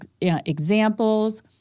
examples